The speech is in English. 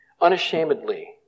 unashamedly